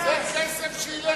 זה כסף שילך